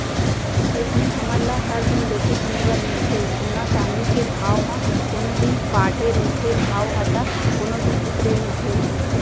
अइसने हमन ल हर दिन देखे सुने बर मिलथे सोना चाँदी के भाव म कोनो दिन बाड़हे रहिथे भाव ह ता कोनो दिन उतरे रहिथे